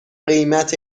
قیمت